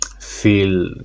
feel